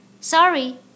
Sorry